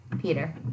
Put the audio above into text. Peter